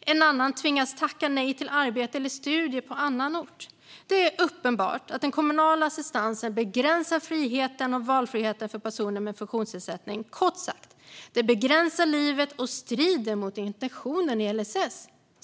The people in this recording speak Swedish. En annan tvingas tacka nej till arbete eller studier på annan ort. Det är uppenbart att den kommunala assistansen begränsar friheten och valfriheten för personer med funktionsnedsättning. Kort sagt: Den begränsar livet och strider mot intentionen i LSS.